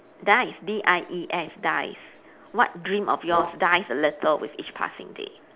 dies D I E S dies what dream of yours dies a little with each passing day